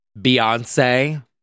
Beyonce